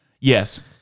yes